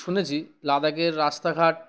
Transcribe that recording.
শুনেছি লাদাখের রাস্তাঘাট